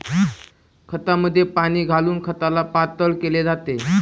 खतामध्ये पाणी घालून खताला पातळ केले जाते